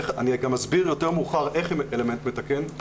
אני גם אסביר יותר מאוחר איך היא אלמנט מתקן.